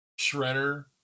Shredder